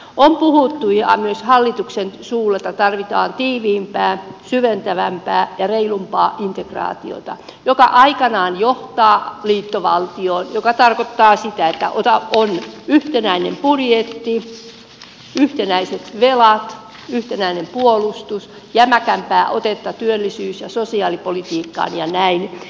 on puhuttu myös hallituksen suulla että tarvitaan tiiviimpää syventävämpää ja reilumpaa integraatiota joka aikanaan johtaa liittovaltioon joka tarkoittaa sitä että on yhtenäinen budjetti yhtenäiset velat yhtenäinen puolustus jämäkämpää otetta työllisyys ja sosiaalipolitiikkaan ja näin